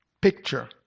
picture